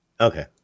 Okay